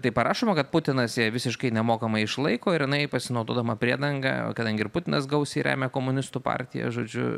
tai parašoma kad putinas ją visiškai nemokamai išlaiko ir jinai pasinaudodama priedanga kadangi ir putinas gausiai remia komunistų partiją žodžiu